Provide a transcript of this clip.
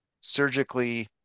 surgically